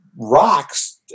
rocks